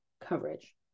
coverage